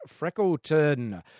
Freckleton